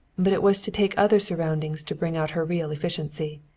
but it was to take other surroundings to bring out her real efficiency.